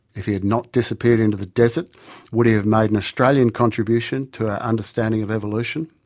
if he had not disappeared into the desert would he have made an australian contribution to our understanding of evolution?